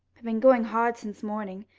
i've been going hard since morning.